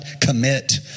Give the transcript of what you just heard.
commit